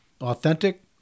Authentic